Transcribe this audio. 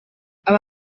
aba